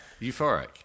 euphoric